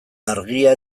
argia